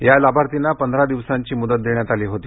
या लाभार्थींना पंधरा दिवसांची मुदत देण्यात आली होती